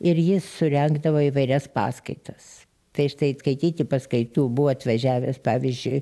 ir jis surengdavo įvairias paskaitas tai štai skaityti paskaitų buvo atvažiavęs pavyzdžiui